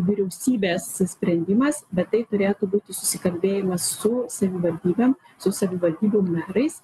vyriausybės sprendimas bet tai turėtų būti susikalbėjimas su savivaldybėm su savivaldybių merais